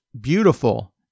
beautiful